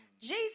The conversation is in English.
Jesus